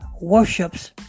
worships